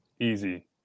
Easy